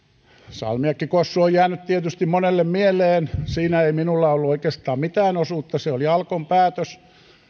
salmiakkikossu on jäänyt tietysti monelle mieleen siinä ei minulla ollut oikeastaan mitään osuutta se oli alkon päätös